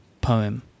poem